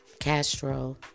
Castro